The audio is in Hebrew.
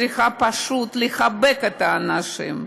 צריכה פשוט לחבק את האנשים.